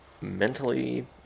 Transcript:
mentally